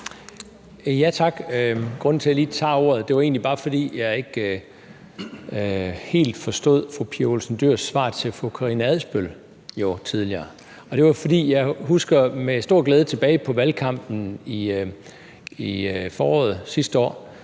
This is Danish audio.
Tak. Grunden til, at jeg lige tager ordet, er, at jeg ikke helt forstod fru Pia Olsen Dyhrs svar til Karina Adsbøl tidligere. Jeg husker med stor glæde tilbage på valgkampen i foråret sidste år,